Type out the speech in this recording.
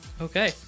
Okay